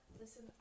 listen